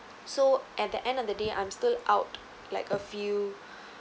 so at the end of the day I'm still out like a few